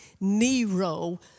Nero